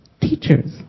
teachers